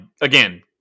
again